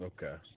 Okay